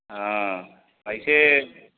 हाँ ऐसे